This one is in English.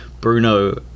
Bruno